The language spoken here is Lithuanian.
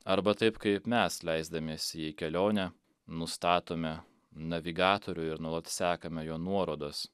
arba taip kaip mes leisdamiesi į kelionę nustatome navigatorių ir nuolat sekame jo nuorodas